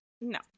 No